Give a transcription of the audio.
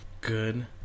Good